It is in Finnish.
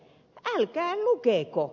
älkää lukeko